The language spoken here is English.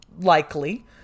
likely